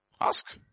Ask